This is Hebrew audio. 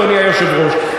אדוני היושב-ראש.